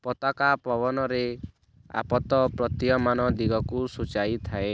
ପତାକା ପବନରେ ଆପାତ ପ୍ରତୀୟମାନ ଦିଗକୁ ସୂଚାଇ ଥାଏ